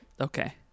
Okay